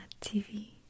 TV